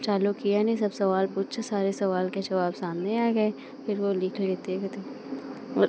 चालू किया नहीं सब सवाल पूछे सारे सवाल के जवाब सामने आ गए फिर वे लिख लेते और